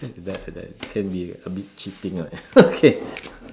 that that that can be a bit cheating right okay